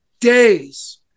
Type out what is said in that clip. days